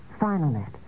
Finalnet